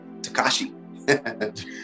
Takashi